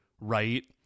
right